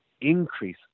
increase